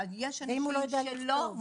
ואם הוא לא יודע לכתוב?